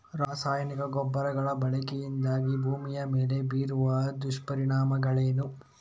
ರಾಸಾಯನಿಕ ಗೊಬ್ಬರಗಳ ಬಳಕೆಯಿಂದಾಗಿ ಭೂಮಿಯ ಮೇಲೆ ಬೀರುವ ದುಷ್ಪರಿಣಾಮಗಳೇನು?